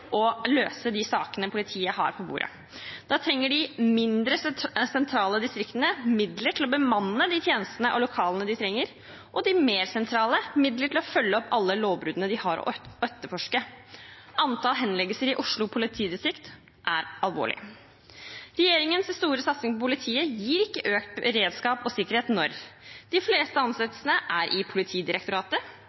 og løse de sakene politiet har på bordet. Da trenger de mindre sentrale distriktene midler til å bemanne de tjenestene og lokalene de trenger, og de mer sentrale midler til å følge opp alle lovbruddene de har å etterforske. Antall henleggelser i Oslo politidistrikt er alvorlig. Regjeringens «store» satsing på politiet gir ikke økt beredskap og sikkerhet når de fleste ansettelsene er i Politidirektoratet,